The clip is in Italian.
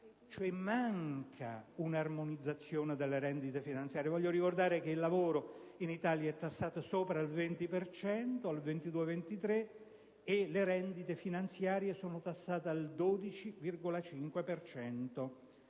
Manca una armonizzazione delle rendite finanziarie. Voglio ricordare che il lavoro in Italia è tassato sopra il 20 per cento, al 22-23 per cento, e le rendite finanziarie sono tassate al 12,5